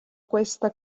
questa